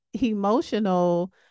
emotional